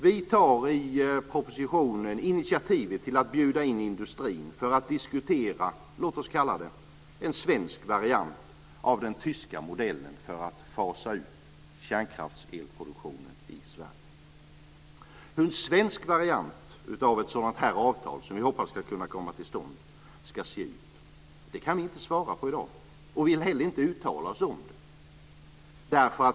Vi tar för det första i propositionen initiativ till att bjuda in industrin för att diskutera en svensk variant, låt oss kalla det så, av den tyska modellen för att fasa ut kärnkraftselproduktionen i Sverige. Hur en svensk variant av ett sådant avtal som vi hoppas ska kunna komma till stånd ska se ut kan vi inte svara på i dag, och vi vill heller inte uttala oss om det.